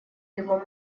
его